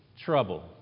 trouble